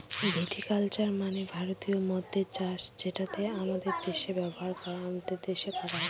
ভিটি culture মানে ভারতীয় মদ্যের চাষ যেটা আমাদের দেশে করা হয়